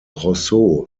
rousseau